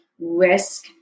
risk